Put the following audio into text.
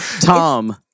Tom